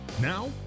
Now